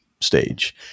stage